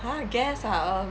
!huh! guess ah err